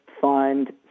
find